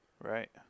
Right